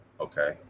Okay